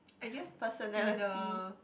I guess either